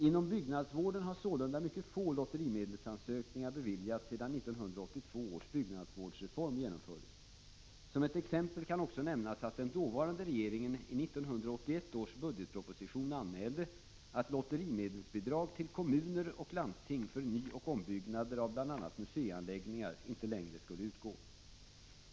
Inom byggnadsvården har sålunda mycket få lotterimedelsansökningar beviljats sedan 1982 års byggnadsvårdsreform genomfördes. Som ett exempel kan också nämnas att den dåvarande regeringen i 1981 års budgetproposition anmälde att lotterimedelsbidrag till kommuner och landsting för nyoch ombyggnader av bl.a. museianläggningar inte längre skulle utgå.